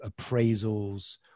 appraisals